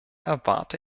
erwarte